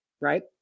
right